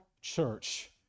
church